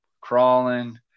crawling